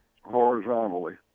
horizontally